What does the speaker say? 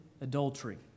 adultery